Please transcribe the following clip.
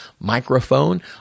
microphone